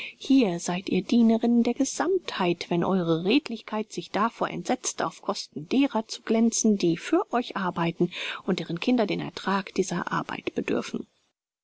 hier seid ihr dienerinnen der gesammtheit wenn eure redlichkeit sich davor entsetzt auf kosten derer zu glänzen die für euch arbeiten und deren kinder den ertrag dieser arbeit bedürfen